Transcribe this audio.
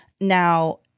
Now